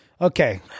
okay